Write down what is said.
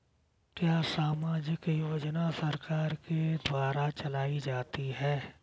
क्या सामाजिक योजना सरकार के द्वारा चलाई जाती है?